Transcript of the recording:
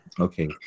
Okay